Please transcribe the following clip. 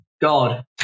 God